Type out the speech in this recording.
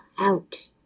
out